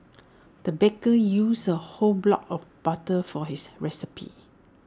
the baker used A whole block of butter for his recipe